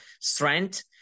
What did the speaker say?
strength